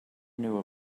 knew